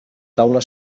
taula